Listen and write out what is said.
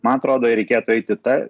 man atrodo reikėtų eiti ta